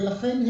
ולכן,